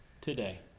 today